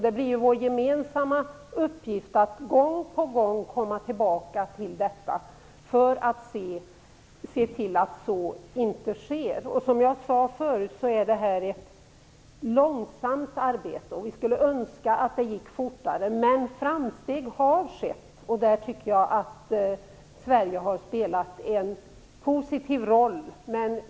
Det blir vår gemensamma uppgift att gång på gång komma tillbaka till detta för att se till att så inte sker. Som jag sade förut, är det här ett långsamt arbete. Vi skulle önska att det gick fortare, men framsteg har skett, och därför tycker jag att Sverige har spelat en positiv roll.